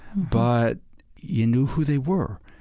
but you knew who they were.